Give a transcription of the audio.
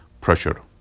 pressure